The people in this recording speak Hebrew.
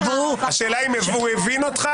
השאלה אם הוא הבין אותך?